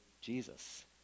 Jesus